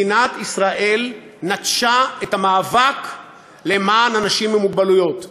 מדינת ישראל נטשה את המאבק למען אנשים עם מוגבלות.